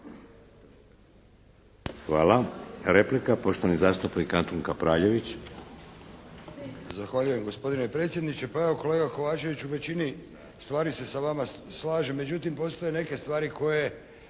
Hvala. Replika, poštovani zastupnik Antun Kapraljević.